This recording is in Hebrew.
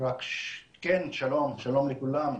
שלום לכולם,